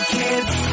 kids